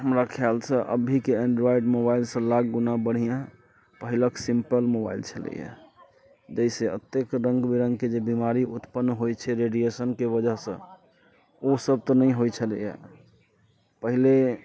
हमरा ख्यालसँ अभीके एंड्रोइड मोबाइलसँ लाख गुणा बढ़िआँ पहिलक सिम्पल मोबाइल छलैया जाहिसँ एतेक रङ्ग विरङ्गके जे बीमारी उत्पन्न होइत छै रेडिएशनके वजहसँ ओ सब तऽ नहि होइत छलैया पहिले